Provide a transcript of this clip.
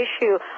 issue